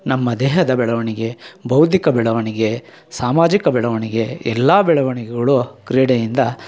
ನಮ್ಮ ದೇಹದ ಬೆಳವಣಿಗೆ ಬೌದ್ದಿಕ ಬೆಳವಣಿಗೆ ಸಾಮಾಜಿಕ ಬೆಳವಣಿಗೆ ಎಲ್ಲ ಬೆಳವಣಿಗೆಗಳು ಕ್ರೀಡೆಯಿಂದ